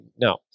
no